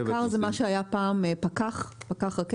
בקר זה מה שהיה פעם "פקח רכבת",